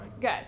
Good